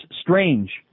Strange